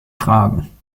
fragen